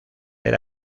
era